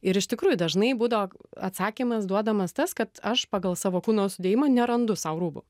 ir iš tikrųjų dažnai būdavo atsakymas duodamas tas kad aš pagal savo kūno sudėjimą nerandu sau rūbų